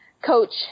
coach